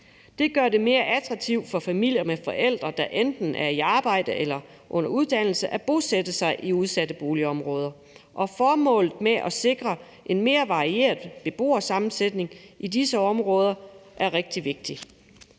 Det gør det mere attraktivt for familier med forældre, der enten er i arbejde eller er under uddannelse, at bosætte sig i udsatte boligområder, og formålet med at sikre en mere varieret beboersammensætning i disse områder er rigtig vigtigt.